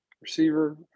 receiver